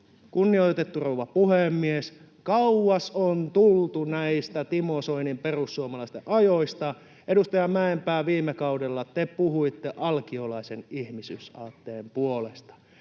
Kunnioitettu rouva puhemies! Kauas on tultu näistä Timo Soinin perussuomalaisten ajoista. Edustaja Mäenpää, viime kaudella te puhuitte alkiolaisen ihmisyysaatteen puolesta.